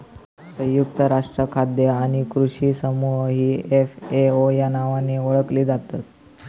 संयुक्त राष्ट्रीय खाद्य आणि कृषी समूह ही एफ.ए.ओ या नावाने ओळखली जातत